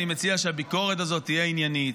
אני מציע שהביקורת הזאת תהיה עניינית.